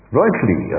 rightly